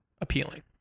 appealing